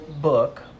book